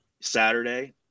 Saturday